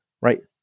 right